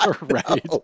Right